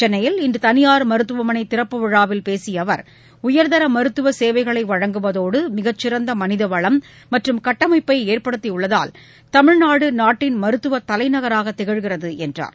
சென்னையில் இன்று தனியார் மருத்துவமனை திறப்பு விழாவில் பேசிய அவர் உயர்தர மருத்துவ சேவைகளை வழங்குவதோடு மிகச்சிறந்த மனிதவளம் மற்றம் கட்டமைப்பை ஏற்படுத்தியுள்ளதால் தமிழ்நாடு நாட்டின் மருத்துவ தலைநகராக திகழ்கிறது என்றார்